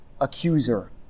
accuser